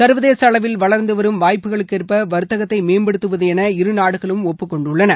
சா்வதேச அளவில் வளர்ந்த வரும் வாய்ப்புகளுக்கேற்ப வாத்தகத்தை மேம்படுத்துவது என இருநாடுகளும் ஒப்புக்கொண்டுள்ளன